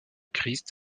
christ